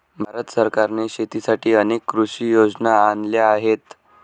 भारत सरकारने शेतीसाठी अनेक कृषी योजना आणल्या आहेत